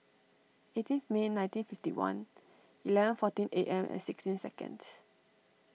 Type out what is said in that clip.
eighteenth May nineteen fifty one eleven fourteen A M and sixteen seconds